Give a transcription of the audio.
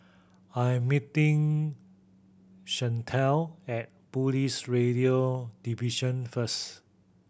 I'm meeting Shante at Police Radio Division first